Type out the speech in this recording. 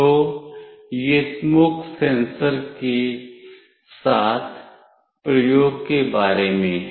तो यह smoke sensor के साथ प्रयोग के बारे में है